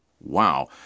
Wow